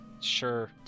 Sure